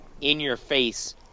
in-your-face